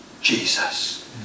Jesus